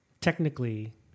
technically